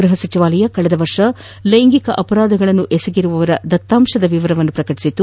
ಗ್ವಹ ಸಚಿವಾಲಯ ಕಳೆದ ವರ್ಷ ಲೈಂಗಿಕ ಅಪರಾಧಗಳನ್ನು ಎಸಗಿರುವವರ ದತ್ತಾಂಶದ ವಿವರವನ್ನು ಪ್ರಕಟಿಸಿತ್ತು